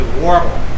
warble